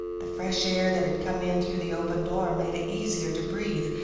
the fresh air that had come in through the open door made it easier to breathe,